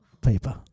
paper